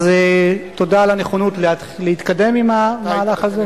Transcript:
תודה על הנכונות להתקדם עם המהלך הזה,